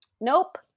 Nope